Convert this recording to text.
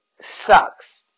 sucks